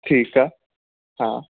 ठीकु आहे हा